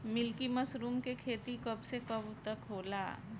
Milky mushroom के खेती कब से कब तक होला?